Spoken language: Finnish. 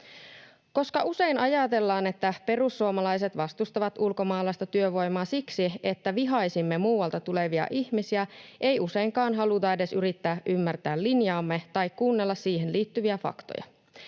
Koska usein ajatellaan, että perussuomalaiset vastustavat ulkomaalaista työvoimaa siksi, että vihaisimme muualta tulevia ihmisiä, ei useinkaan haluta edes yrittää ymmärtää linjaamme tai kuunnella siihen liittyviä faktoja.